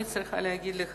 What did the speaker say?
אני צריכה להגיד לך